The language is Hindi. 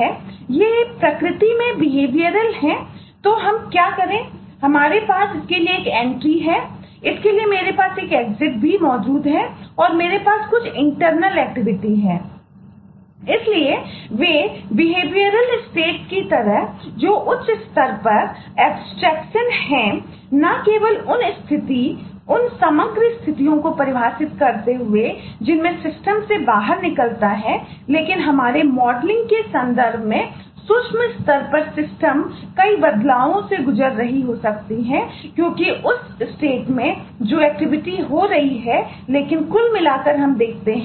हैं